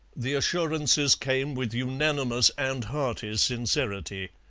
the assurances came with unanimous and hearty sincerity.